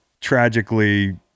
tragically